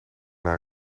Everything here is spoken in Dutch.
naar